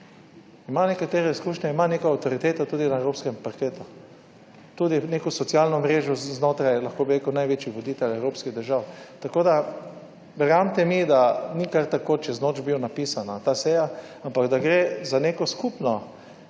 ima nekatere izkušnje, ima neko avtoriteto tudi na evropskem parketu, tudi neko socialno mrežo znotraj, lahko bi rekel, največjih voditeljev evropskih držav. Tako da, verjemite mi, da ni kar tako čez noč bil napisana ta seja, ampak da gre za neko skupno,